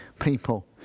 people